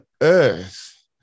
earth